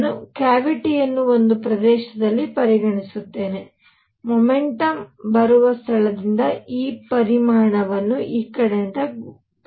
ನಾನು ಕ್ಯಾವಿಟಿಯನ್ನು ಒಂದು ಪ್ರದೇಶದಲ್ಲಿ ಪರಿಗಣಿಸುತ್ತೇನೆ ಮೊಮೆಂಟಮ್ ಬರುವ ಸ್ಥಳದಿಂದ ಈ ಪರಿಮಾಣವನ್ನು ಈ ಕಡೆಯಿಂದ ಪರಿಗಣಿಸಿ